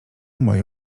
moje